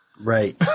Right